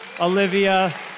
Olivia